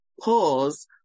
pause